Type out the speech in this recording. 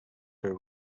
her